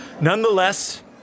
Nonetheless